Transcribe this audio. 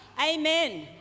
Amen